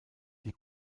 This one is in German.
die